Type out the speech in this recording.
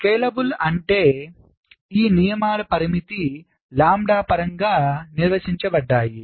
scalable అంటే ఈ నియమాలు పారామితి లాంబ్డా పరంగా నిర్వచించబడ్డాయి